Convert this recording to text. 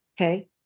okay